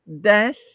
death